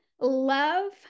love